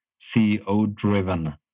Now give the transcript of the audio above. CEO-driven